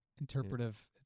interpretive